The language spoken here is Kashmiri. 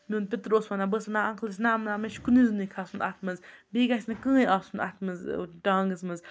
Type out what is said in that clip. میون پیٚتٕر اوس وَنان بہٕ ٲسٕس وَنان انٛکَلَس نا نا مےٚ چھِ کُنُے زوٚنُے کھَسُن اَتھ منٛز بیٚیہِ گژھِ نہٕ کِہۭنۍ آسُن اَتھ منٛز ٹانٛگَس منٛز